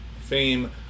fame